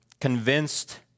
convinced